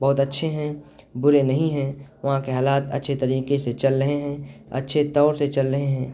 بہت اچّھے ہیں برے نہیں ہیں وہاں کے حالات اچھے طریقے سے چل رہے ہیں اچھے طور سے چل رہے ہیں